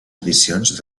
edicions